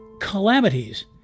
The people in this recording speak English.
calamities